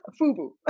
fubu